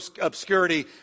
obscurity